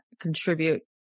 contribute